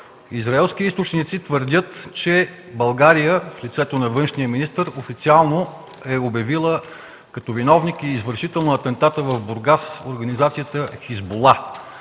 Израелски източници твърдят, че България, в лицето на външния министър, официално е обявила като виновник и извършител на атентата в Бургас организацията „Хисбула”.